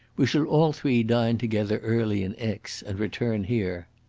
we shall all three dine together early in aix and return here.